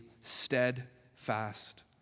steadfast